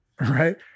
right